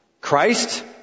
Christ